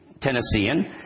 Tennessean